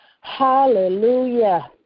Hallelujah